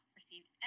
received